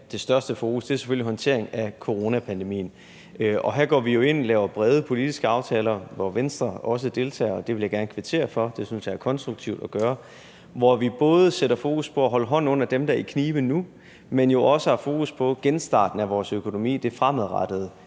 det største fokus, selvfølgelig håndteringen af coronapandemien. Og her går vi ind og laver brede politiske aftaler, som Venstre også deltager i, og det vil jeg gerne kvittere for, for det synes jeg er konstruktivt at gøre, hvor vi både sætter fokus på at holde hånden under dem, der er i knibe nu, men også har fokus på genstarten af vores økonomi – det fremadrettede,